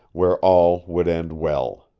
where all would end well.